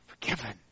Forgiven